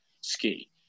ski